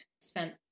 spent